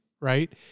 right